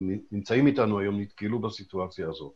נמ.. נמצאים איתנו היום, נתקלו בסיטואציה הזאת.